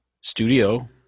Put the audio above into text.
Studio